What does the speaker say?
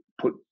put